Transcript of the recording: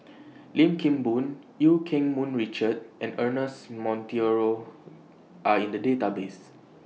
Lim Kim Boon EU Keng Mun Richard and Ernest Monteiro Are in The databases